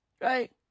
Right